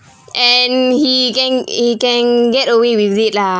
and he can he can get away with it lah